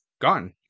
gone